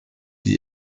die